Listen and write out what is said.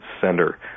Center